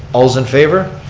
alls in favor?